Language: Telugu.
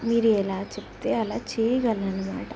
మీరు ఎలా చెప్తే అలా చెయ్యగలనన్నమాట